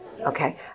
Okay